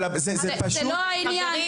אבל זה פשוט --- זה לא העניין,